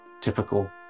typical